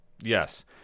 Yes